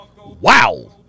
Wow